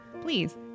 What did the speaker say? Please